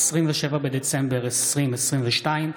27 בדצמבר 2022,